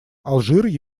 алжир